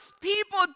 people